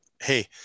hey